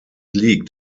liegt